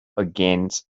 against